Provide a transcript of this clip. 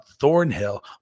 thornhill